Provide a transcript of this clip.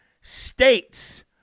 states